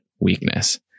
weakness